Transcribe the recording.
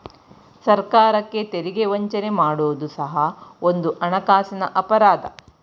ಸರ್ಕಾರಕ್ಕೆ ತೆರಿಗೆ ವಂಚನೆ ಮಾಡುವುದು ಸಹ ಒಂದು ಹಣಕಾಸಿನ ಅಪರಾಧ